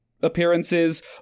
appearances